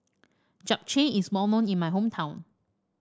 Japchae is known in my hometown